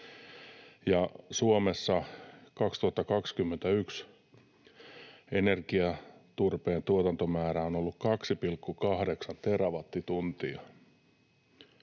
Suomessa 2021 energiaturpeen tuotantomäärä on ollut 2,8 terawattituntia.